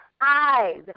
eyes